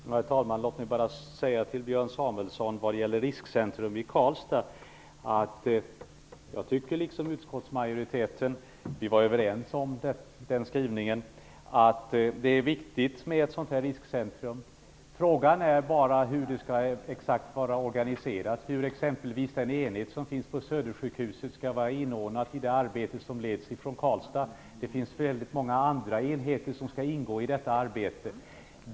Herr talman! Låt mig säga följande till Björn Samuelson om Riskcentrum i Karlstad. Jag tycker -- liksom utskottsmajoriteten, vi var överens om den skrivningen -- att det är viktigt med ett riskcentrum. Frågan är hur detta skall vara organiserat. Hur skall t.ex. den enhet som finns på Södersjukhuset vara inordnad i det arbete som leds från Karlstad? Det finns många andra enheter som skall ingå i detta arbete.